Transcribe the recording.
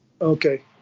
Okay